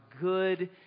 good